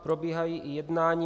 Probíhají i jednání.